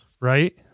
right